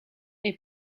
est